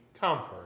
comfort